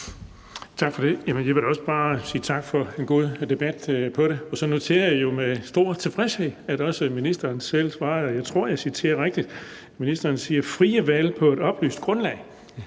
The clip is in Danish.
Tak for det. Jeg vil da også bare sige tak for en god debat om det. Og så noterer jeg mig jo med stor tilfredshed, at ministeren selv siger – og jeg tror, jeg citerer rigtigt: »frie valg på et oplyst grundlag«.